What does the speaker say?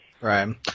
Right